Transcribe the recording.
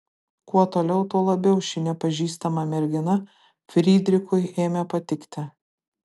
kuo toliau tuo labiau ši nepažįstama mergina frydrichui ėmė patikti